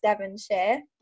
Devonshire